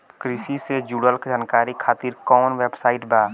कृषि से जुड़ल जानकारी खातिर कोवन वेबसाइट बा?